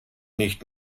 nicht